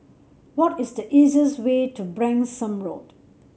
what is the easiest way to Branksome Road